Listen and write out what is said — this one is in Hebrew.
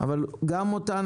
אבל גם אותה,